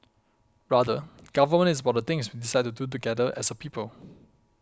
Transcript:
rather government is about the things we decide to do together as a people